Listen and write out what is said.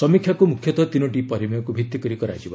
ସମୀକ୍ଷାକୁ ମୁଖ୍ୟତଃ ତିନୋଟି ପରିମେୟକୁ ଭିତ୍ତି କରି କରାଯିବ